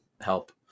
help